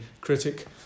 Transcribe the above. critic